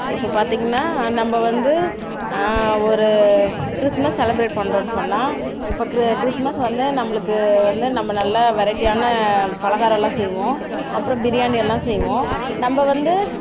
இப்போ பார்த்திங்கன்னா நம்ப வந்து ஒரு கிறிஸ்மஸ் செலப்ரேட் பண்ணுறோன் சொன்னால் இப்போ கிற் கிறிஸ்மஸ் வந்து நம்மளுக்கு வந்து நம்ம நல்லா வெரைட்டியான பலகாரெல்லாம் செய்வோம் அப்புறோம் பிரியாணி எல்லாம் செய்வோம் நம்ப வந்து